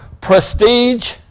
prestige